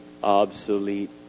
obsolete